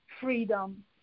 freedom